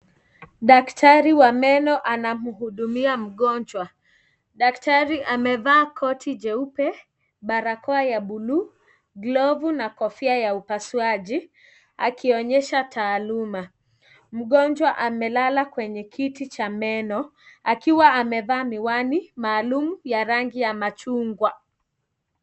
Daktari wa meno anamhudumia mgonjwa. Daktari amevaa koti jeupe, Barakoa ya buluu, glovu na kofia ya upasuaji. Akionyesha taaluma. Mgonjwa amelala kwenye kiti cha meno, akiwa amevaa miwani maalum ya rangi ya machungwa.